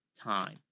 time